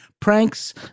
pranks